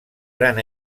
gran